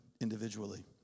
individually